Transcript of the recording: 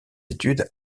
études